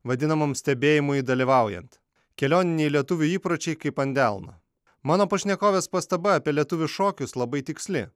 vadinamam stebėjimui dalyvaujant kelioniniai lietuvių įpročiai kaip ant delno mano pašnekovės pastaba apie lietuvių šokius labai tiksli